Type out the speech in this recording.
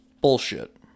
Bullshit